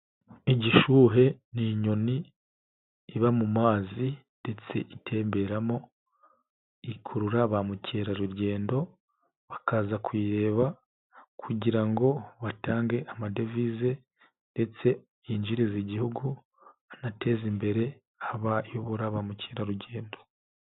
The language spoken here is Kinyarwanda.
Igishuhe ni inyoni iba mu mazi ndetse itemberamo, ikurura ba mukerarugendo, bakaza kuyireba kugira ngo batange amadevize ndetse yinjiriza igihugu, anateze imbere, abayobora ba mukerarugendo.